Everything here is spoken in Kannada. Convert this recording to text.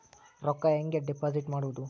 ರೊಕ್ಕ ಹೆಂಗೆ ಡಿಪಾಸಿಟ್ ಮಾಡುವುದು?